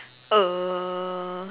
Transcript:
uh